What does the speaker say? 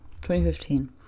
2015